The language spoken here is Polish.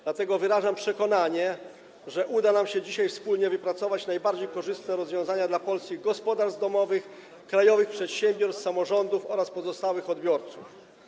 Dlatego wyrażam przekonanie, że uda nam się dzisiaj wspólnie wypracować najbardziej korzystne rozwiązania dla polskich gospodarstw domowych, krajowych przedsiębiorstw, samorządów oraz pozostałych odbiorców.